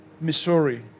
Missouri